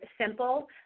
simple